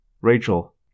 Rachel